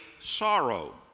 sorrow